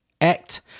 Act